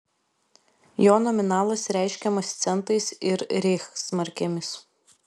jo nominalas reiškiamas centais ir reichsmarkėmis